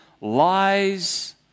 lies